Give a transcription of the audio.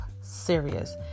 serious